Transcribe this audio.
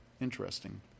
Interesting